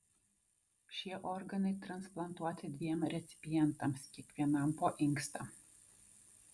šie organai transplantuoti dviem recipientams kiekvienam po inkstą